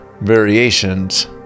variations